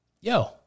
yo